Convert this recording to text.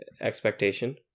expectation